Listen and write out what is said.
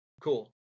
cool